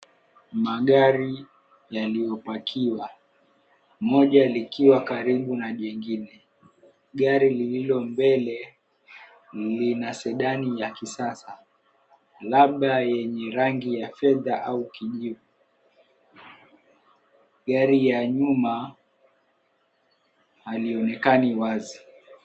Magari yaliyopakiwa, moja likiwa karibu na jengine. Gari lililo mbele ni la sedani ya kisasa, labla yenye rangi ya fedha au kijivu. Gari ya nyuma halionekani wazi.